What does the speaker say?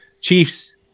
Chiefs